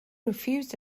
refused